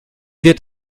wird